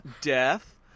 death